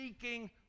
seeking